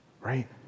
right